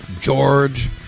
George